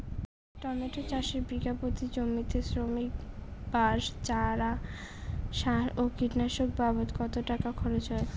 Tomato চাষে বিঘা প্রতি জমিতে শ্রমিক, বাঁশ, চারা, সার ও কীটনাশক বাবদ কত টাকা খরচ হয়?